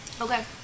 Okay